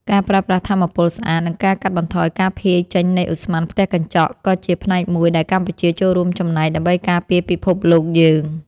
ការប្រើប្រាស់ថាមពលស្អាត និងការកាត់បន្ថយការភាយចេញនៃឧស្ម័នផ្ទះកញ្ចក់ ក៏ជាផ្នែកមួយដែលកម្ពុជាចូលរួមចំណែកដើម្បីការពារពិភពលោកយើង។